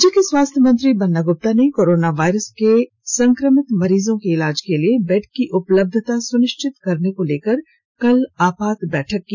राज्य के स्वास्थ्य मंत्री बन्ना गुप्ता ने कोरोना वायरस से संक्रमित मरीजों के इलाज के लिए बेड की उपलब्धता सुनिश्चित करने को लेकर कल आपात बैठक की